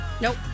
Nope